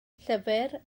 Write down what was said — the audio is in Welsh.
llyfr